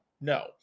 No